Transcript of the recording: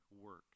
work